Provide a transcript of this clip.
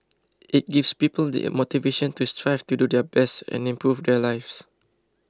it gives people the motivation to strive to do their best and improve their lives